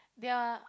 they are